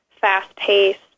fast-paced